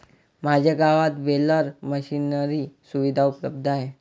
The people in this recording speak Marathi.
माझ्या गावात बेलर मशिनरी सुविधा उपलब्ध आहे